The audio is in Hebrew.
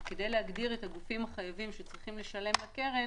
כדי להגדיר את הגופים החייבים שצריכים לשלם לקרן